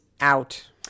out